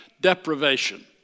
deprivation